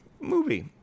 movie